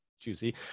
juicy